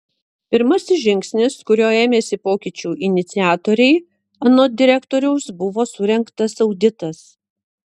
pirmasis žingsnis kurio ėmėsi pokyčių iniciatoriai anot direktoriaus buvo surengtas auditas